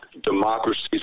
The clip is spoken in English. Democracies